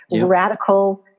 radical